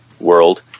world